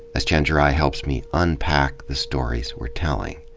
as chenjerai helps me unpack the stories we're telling.